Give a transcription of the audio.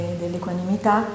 dell'equanimità